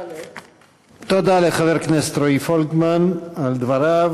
תודה לחבר הכנסת רועי פולקמן על דבריו.